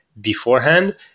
beforehand